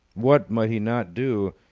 what might he not do?